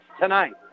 tonight